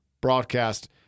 broadcast